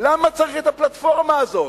למה צריך את הפלטפורמה הזאת,